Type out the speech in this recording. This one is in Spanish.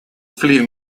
philip